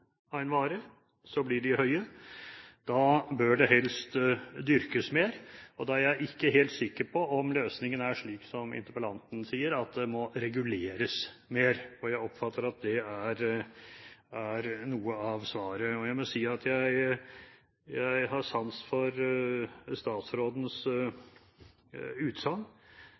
av en vare, blir de høye. Da bør det helst dyrkes mer. Da er jeg ikke helt sikker på om løsningen er slik som interpellanten sier, at det må reguleres mer – for jeg oppfatter det slik at det er noe av svaret. Jeg må si at jeg har sans for statsrådens utsagn